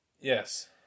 Yes